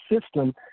system